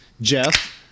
Jeff